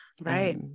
right